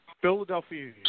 Philadelphia